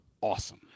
awesome